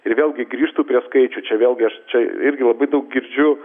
ir vėlgi grįžtu prie skaičių čia vėlgi čia irgi labai daug girdžiu